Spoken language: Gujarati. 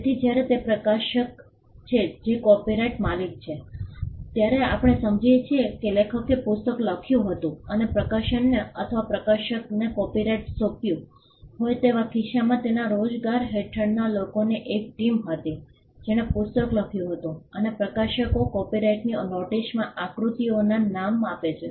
તેથી જ્યારે તે પ્રકાશક છે જે કોપીરાઇટ માલિક છે ત્યારે આપણે સમજીએ છીએ કે લેખકે પુસ્તક લખ્યું હતું અને પ્રકાશકને અથવા પ્રકાશકને કોપિરાઇટ સોંપ્યું હોય તેવા કિસ્સામાં તેના રોજગાર હેઠળના લોકોની એક ટીમ હતી જેણે પુસ્તક લખ્યું હતું અને પ્રકાશકો કોપિરાઇટની નોટીસમાં આકૃતિઓનાં નામ આપે છે